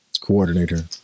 coordinator